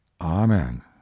Amen